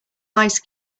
ice